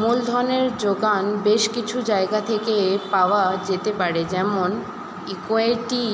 মূলধনের জোগান বেশ কিছু জায়গা থেকে পাওয়া যেতে পারে যেমন ইক্যুইটি,